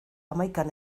hamaikan